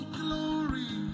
glory